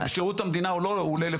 בשירות המדינה יותר נכון הוא לא עולה ככה,